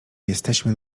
jesteśmy